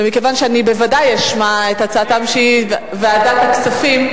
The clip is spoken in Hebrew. ומכיוון שאני בוודאי אשמע את הצעתם שהיא ועדת הכספים,